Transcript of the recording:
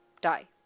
die